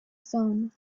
sun